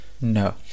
No